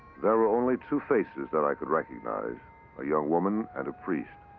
there were only two faces that i could recognize a young woman and a priest.